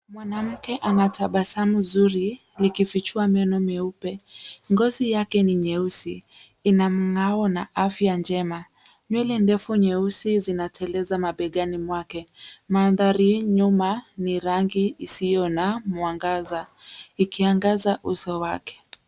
Mwanamke anatabasamu zuri likifichua meno meupe. Ngozi yake ni nyeusi ina mng'ao na afya njema. Nywele ndefu nyeusi zinateleza mabegani mwake. Mandhari nyuma ni rangi isiyo na mwangaza, ikiangaza uso wake.